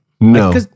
No